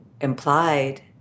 implied